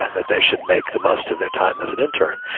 and that they should make the most of their time as an intern.